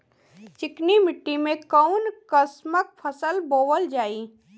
चिकनी मिट्टी में कऊन कसमक फसल बोवल जाई?